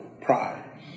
Pride